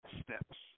steps